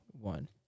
one